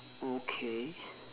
okay